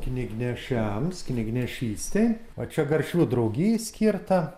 knygnešiams knygnešystei o čia garšvų draugijai skirta